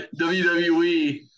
WWE